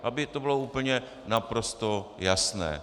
Aby to bylo úplně naprosto jasné.